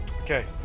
Okay